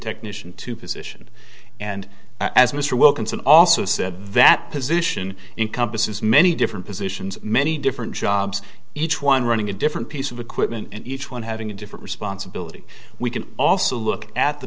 technician to position and as mr wilkinson also said that position in compass is many different positions many different jobs each one running a different piece of equipment and each one having a different responsibility we can also look at the